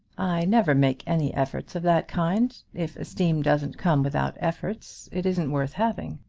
i never make any efforts of that kind. if esteem doesn't come without efforts it isn't worth having.